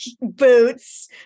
boots